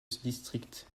district